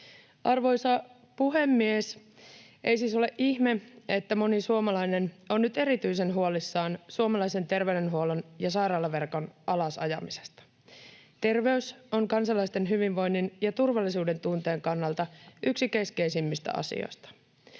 Arvoisa puhemies! Ei siis ole ihme, että moni suomalainen on nyt erityisen huolissaan suomalaisen terveydenhuollon ja sairaalaverkon alas ajamisesta. Terveys on kansalaisten hyvinvoinnin ja turvallisuudentunteen kannalta yksi keskeisimmistä asioista.